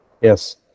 Yes